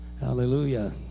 Hallelujah